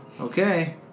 Okay